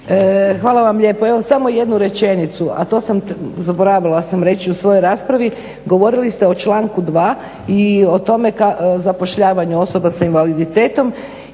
Hvala vam lijepo. Evo samo jednu rečenicu, a to sam, zaboravila sam reći u svojoj raspravi, govorili ste o članku 2. i o tome zapošljavanju osoba sa invaliditetom